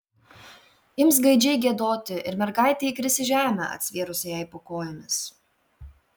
ims gaidžiai giedoti ir mergaitė įkris į žemę atsivėrusią jai po kojomis